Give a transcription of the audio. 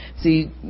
See